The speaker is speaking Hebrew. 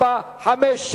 4, 5,